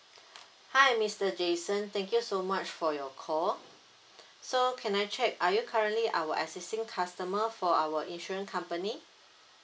hi mister jason thank you so much for your call so can I check are you currently our existing customer for our insurance company